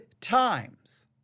times